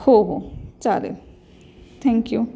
हो हो चालेल थँक यू